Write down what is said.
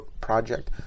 project